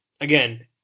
again